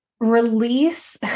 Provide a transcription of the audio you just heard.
Release